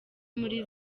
muri